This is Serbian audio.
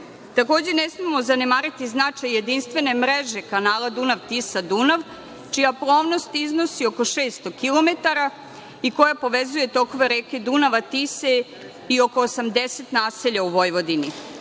Takođe, ne smemo zanemariti značaj jedinstvene mreže kanala Dunav-Tisa-Dunav čija plovnost iznosi oko 600 kilometara i koja povezuje tokove reke Dunava, Tise i oko 80 naselja u Vojvodini. Kanal